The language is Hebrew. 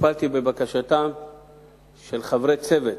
טיפלתי בבקשתם של חברי "צוות"